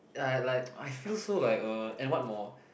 ya like I feel so like err and what more